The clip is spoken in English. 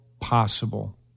possible